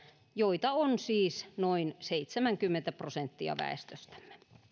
joita on siis noin seitsemänkymmentä prosenttia väestöstämme